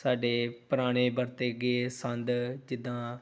ਸਾਡੇ ਪੁਰਾਣੇ ਵਰਤੇ ਗਏ ਸੰਦ ਜਿੱਦਾਂ